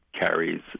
carries